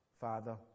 Father